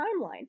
timeline